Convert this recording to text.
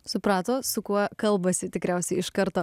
suprato su kuo kalbasi tikriausiai iš karto